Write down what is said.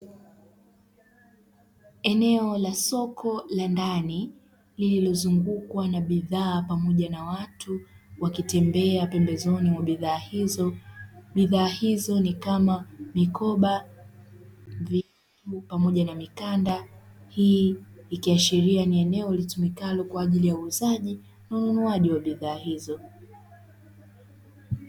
Eneo la soko la ndani lililozungukwa na bidhaa pamoja na watu wakitembea pembezoni mwa bidhaa hizo. Bidhaa hizo ni kama mikoba pamoja na mikanda. Hii ikiashiria ni eneo litumikalo kwa ajili ya uuzaji na ununuaji wa bidhaa hizo.